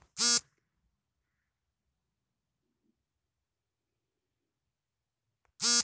parachute bicycle tyre gunpowder bag ಕೈಗಾರಿಕಾ ಮತ್ತು ವಾಣಿಜ್ಯ ಬಳಕೆಯನ್ನು ರೇಷ್ಮೆ ಹೊಂದಿದೆ